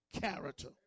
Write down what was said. character